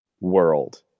world